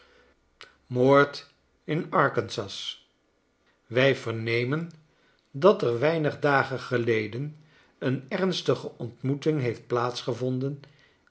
moord in arkansas wij vernemen dat er weinig dagen geleden een ernstige ontmoeting heeft